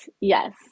yes